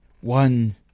One